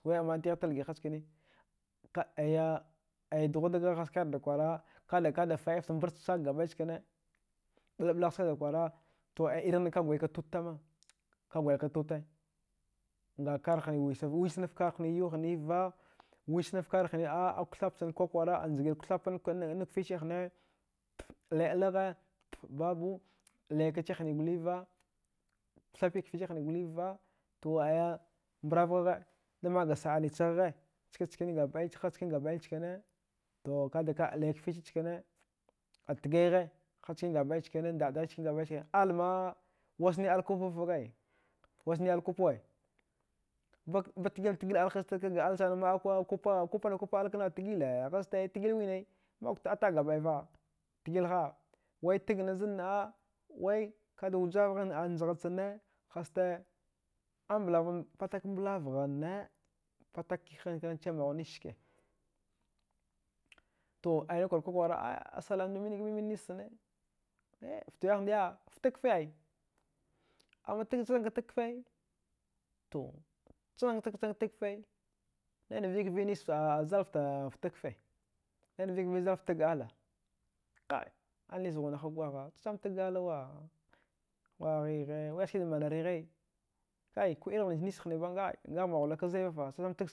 Wai amantighagh talgi hachkane ka aya ai dughudaggha haskarda kwara kada kada faɗifta mbart chsak gabɗai chkine ɓlaɓlagh skada kwara irighni kada gwaik tut tama ka gwaika tuta nkarhne wisava visnafkar hniva yau hniva, wisnafkar hni a akuthaphni kwakwara anjgir kuthapan an kfiche hnee alai alagha babu alaikachi hni goliva kuthapi kfichi hni goliva to aya mbravghagha damakga sa. anni chaghgha ska chkani gabɗai chkane to kadaka alai kfichi chkane atghaigha ha chkani gabɗai chkane ndaɗai chkine gabɗai chkine, alma wasni al kupavafakai wasni. al kupawai, batgil-tgil hastarkaga alsana maɗakwa kupa kupana kupa alkna tgilaa hastai tgillwinai maɗakw tata gabɗaifa tgilha wai tagna zanna. a wai kada wujavgha njgha chana hasta pataka mblavghanna patak kihankwana chamin maghawud nachskee to ai nakwarwud kwakwara ai asalamdu miga min nischana yee ftawiyah ndiya ftag kfi ai amma chachamka tag kfee to chachamka chachamka tagkfee naina vika via zal fta tagkfee nina vika via zall ftga ala kai a nisghunaha gwagha chacham tag alawa waghighe wiyah skida manarighe kai ko irighnikch nisshnima ngama ghulak zaivafa kai chacham dags